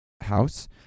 house